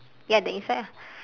ya the inside ah